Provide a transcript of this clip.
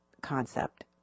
concept